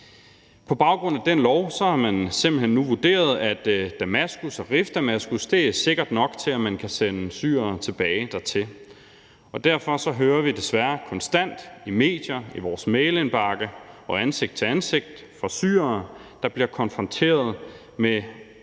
På baggrund af den lov har man simpelt hen nu vurderet, at Damaskus og Rif Damaskus er sikre nok til, at man kan sende syrere tilbage dertil, og derfor hører vi desværre konstant i medierne, i vores e-mailindbakke og ansigt til ansigt fra syrere, der bliver konfronteret med det